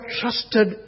trusted